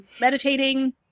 meditating